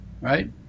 Right